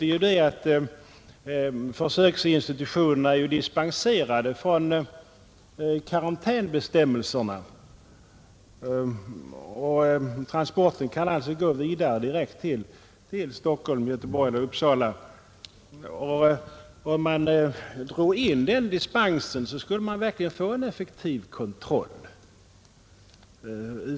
Vi vet att försöksinstitutionerna är dispenserade från karantänbestämmelserna vid gränsen — och respektive transporter kan alltså gå vidare direkt till Stockholm, Göteborg eller Uppsala. Om man drog in dispensen skulle man uppenbarligen få en effektivare kontroll.